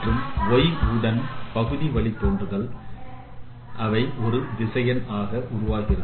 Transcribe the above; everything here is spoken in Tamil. மற்றும் y உடன் பகுதி வழி தோன்றலால் அவை ஒரு திசையன் ஆக உருவாகின்றன